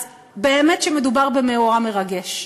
אז באמת מדובר במאורע מרגש,